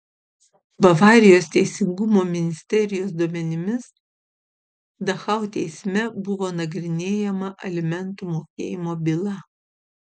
bavarijos teisingumo ministerijos duomenimis dachau teisme buvo nagrinėjama alimentų mokėjimo byla